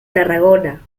tarragona